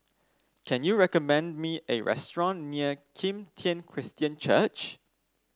can you recommend me a restaurant near Kim Tian Christian Church